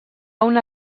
una